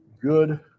good